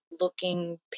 looking